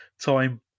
time